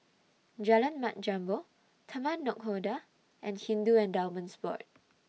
Jalan Mat Jambol Taman Nakhoda and Hindu Endowments Board